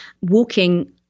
walking